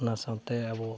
ᱚᱱᱟ ᱥᱟᱶᱛᱮ ᱟᱵᱚ